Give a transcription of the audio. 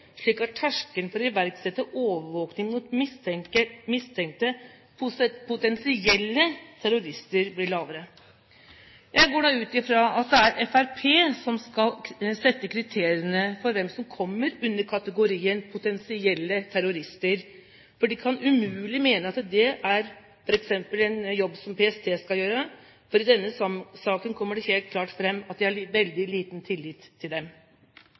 slik at terskelen for å iverksette overvåking mot mistenkte potensielle terrorister, blir lavere. Jeg går da ut fra at det er Fremskrittspartiet som skal sette kriteriene for hvem som kommer under kategorien potensielle terrorister. De kan umulig mene at det f.eks. er en jobb som PST skal gjøre, for i denne saken kommer det helt klart fram at de har veldig liten tillit til dem.